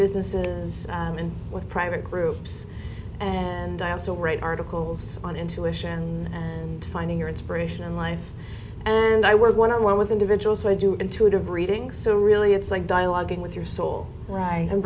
businesses and with private groups and i also write articles on intuition and finding your inspiration in life and i work one on one with individuals so i do intuitive readings so really it's like dialoging with your soul right and